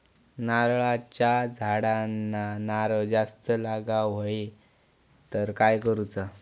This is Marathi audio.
नारळाच्या झाडांना नारळ जास्त लागा व्हाये तर काय करूचा?